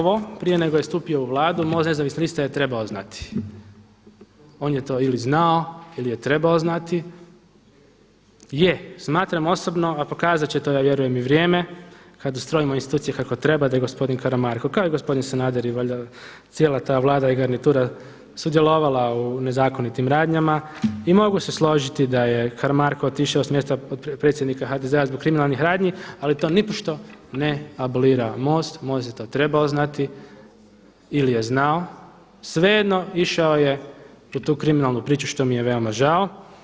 Sve ovo prije nego je stupio u Vladu Most nezavisnih lista je trebao znati, on je to ili znao ili je trebao znati, je smatram osobno a pokazat će to ja vjerujem i vrijeme kad ustrojimo institucije kako treba da ih gospodin Karamarko kao i gospodin Sanader i cijela ta Vlada i garnitura sudjelovala u nezakonitim radnjama i mogu se složiti da je Karamarko otišao s mjesta predsjednika HDZ-a zbog kriminalnih radnji ali to nipošto ne abolira Most, Most je to trebao znati ili je znao, svejedno išao je u tu kriminalnu priču što mi je veoma žao.